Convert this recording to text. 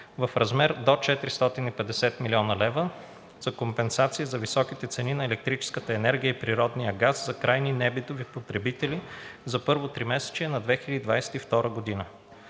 в размер до 450 млн. лв. за компенсация за високите цени на електрическата енергия и природния газ за крайните небитови потребители за първото тримесечие на 2022 г.